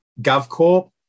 GovCorp